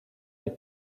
les